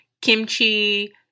kimchi